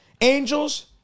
Angels